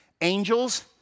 angels